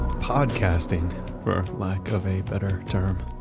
podcasting for lack of a better term,